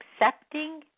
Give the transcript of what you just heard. accepting